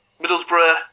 Middlesbrough